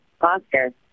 Oscar